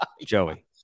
Joey